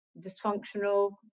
dysfunctional